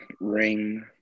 Ring